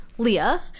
Leah